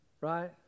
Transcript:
Right